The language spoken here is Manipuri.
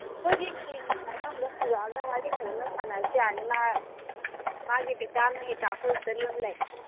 ꯑꯩꯈꯣꯏ ꯀ꯭ꯂꯤꯅꯤꯛꯇ ꯑꯉꯥꯡꯗꯣ ꯄꯨꯔꯛꯑꯒ ꯋꯥꯔꯤ ꯐꯖꯅ ꯁꯥꯅꯔꯁꯨ ꯌꯥꯅꯤ ꯃꯥꯒꯤ ꯚꯤꯇꯥꯃꯤꯟ ꯀꯔꯤ ꯀꯔꯥ ꯑꯩꯈꯣꯏ ꯁꯤꯗ ꯑꯗꯨꯝ ꯂꯩ